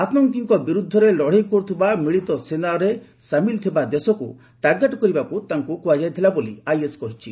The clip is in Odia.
ଆତଙ୍କୀଙ୍କ ବିରୁଦ୍ଧରେ ଲଡ଼େଇ କର୍ତ୍ତିବା ମିଳିତ ସେନାରେ ସାମିଲ ଥିବା ଦେଶକୃ ଟାର୍ଗେଟ୍ କରିବାକୁ ତାକୁ କୁହାଯାଇଥିଲା ବୋଲି ଆଇଏସ୍ କହିଛି